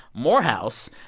morehouse,